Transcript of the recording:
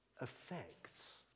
affects